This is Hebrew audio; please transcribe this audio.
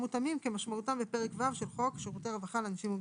יש לנו את איזי ואחר כך חנה.